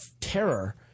terror